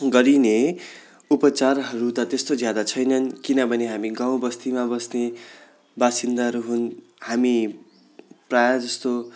गरिने उपचारहरू त त्यस्तो ज्यादा छैनन् किनभने हामी गाउँ बस्तीमा बस्ने बासिन्दाहरू हुन् हामी प्रायः जस्तो